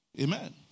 Amen